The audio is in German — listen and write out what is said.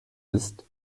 ist